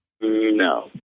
No